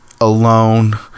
alone